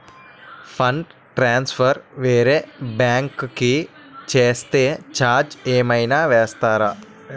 Fund transfer వేరే bank కి చేస్తే ఛార్జ్ ఏమైనా వేస్తారా?